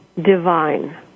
divine